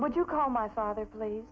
what you call my father played